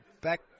Back